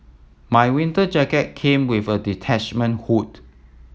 my winter jacket came with a detachment hood